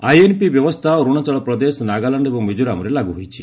INP ବ୍ୟବସ୍ଥା ଅରୁଣାଚଳ ପ୍ରଦେଶ ନାଗାଲାଣ୍ଡ ଏବଂ ମିକୋରାମରେ ଲାଗୁ ହୋଇଛି